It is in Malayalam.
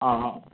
ആ ആ